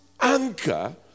anchor